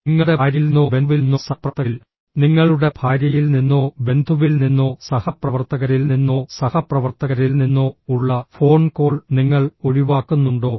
നിങ്ങളുടെ ഭാര്യയിൽ നിന്നോ ബന്ധുവിൽ നിന്നോ സഹപ്രവർത്തകരിൽ നിങ്ങളുടെ ഭാര്യയിൽ നിന്നോ ബന്ധുവിൽ നിന്നോ സഹപ്രവർത്തകരിൽ നിന്നോ സഹപ്രവർത്തകരിൽ നിന്നോ ഉള്ള ഫോൺ കോൾ നിങ്ങൾ ഒഴിവാക്കുന്നുണ്ടോ